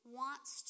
wants